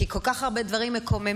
כי כל כך הרבה דברים מקוממים,